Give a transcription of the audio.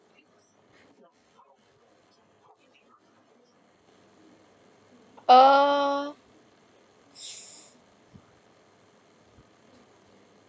err